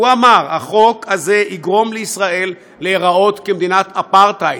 הוא אמר: החוק הזה יגרום לישראל להיראות כמדינת אפרטהייד.